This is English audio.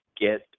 get